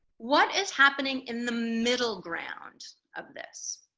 what is happening in the middle ground of this